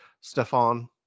Stefan